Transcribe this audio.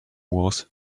was